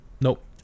Nope